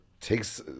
takes